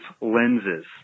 lenses